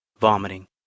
vomiting